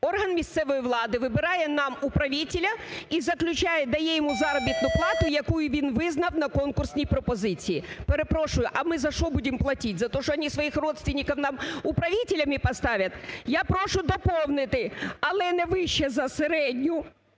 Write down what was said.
орган місцевої влади вибирає нам управителя и заключает, дає йому заробітну плату, яку він визнав на конкурсній пропозиції. Перепрошую: а ми за що буде платить, за то, что они своих родственников нам управителями поставят? Я прошу доповнити: "але не вище за середню